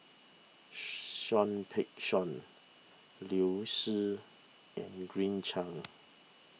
Seah Peck Seah Liu Si and Green Cheng